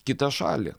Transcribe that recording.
kitą šalį